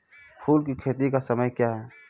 फुल की खेती का समय क्या हैं?